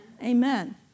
Amen